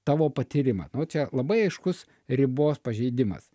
tavo patyrimą nu va čia labai aiškus ribos pažeidimas